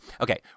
Okay